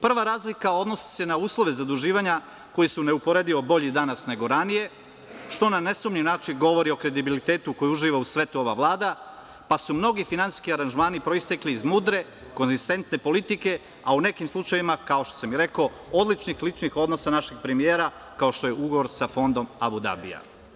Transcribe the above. Prva razlika odnosi se na uslove zaduživanja koji su neuporedivo bolji danas nego ranije, što na nesumnjiv način govori o kredibilitetu koji uživa u svetu ova Vlada, pa su mnogi finansijski aranžmani proistekli iz mudre konzistentne politike, a u nekim slučajevima kao što sam i rekao, odličnih ličnih odnosa našeg premijera kao što je ugovor sa Fondom Abu Dabija.